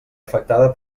afectada